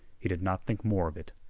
he did not think more of it.